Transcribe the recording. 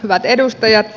hyvät edustajat